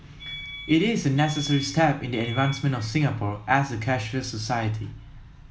it is a necessary step in the advancement of Singapore as a cashless society